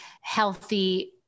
healthy